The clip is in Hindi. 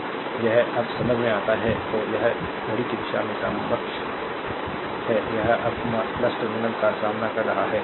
तो यह अब समझ में आता है तो यह घड़ी की दिशा में सक्षम है यह अब टर्मिनल का सामना कर रहा है